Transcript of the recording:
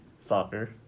Soccer